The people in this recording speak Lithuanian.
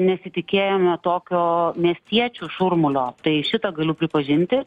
nesitikėjome tokio miestiečių šurmulio tai šitą galiu pripažinti